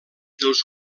dels